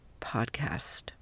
podcast